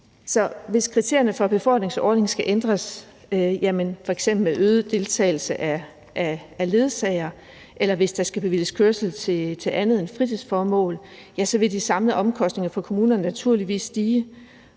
hvis kriterierne for befordringsordningen skal ændres, f.eks. med øget deltagelse af ledsagere, eller hvis der skal bevilges kørsel til andet end fritidsformål, så vil de samlede omkostninger for kommunerne naturligvis stige.